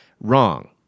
Wrong